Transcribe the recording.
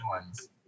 ones